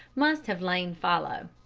must have lain fallow.